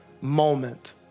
moment